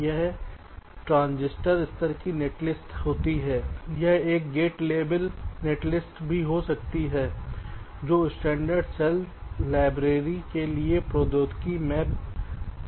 आमतौर पर यह ट्रांज़िटर स्तर की नेटलिस्ट होती है यह एक गेट लेवल नेटलिस्ट भी हो सकती है जो स्टैण्डर्ड सेल लाइब्रेरी के लिए प्रौद्योगिकी मैप की जा सकती है